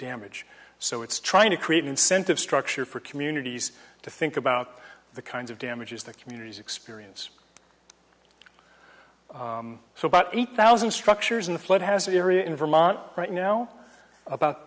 damage so it's trying to create an incentive structure for communities to think about the kinds of damages that communities experience so about eight thousand structures in the flood has an area in vermont right now about